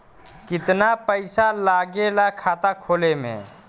कितना पैसा लागेला खाता खोले में?